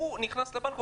הוא נכנס לבנק,